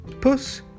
Puss